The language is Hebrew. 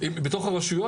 מיפוי הרבה יותר מדויק.